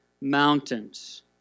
mountains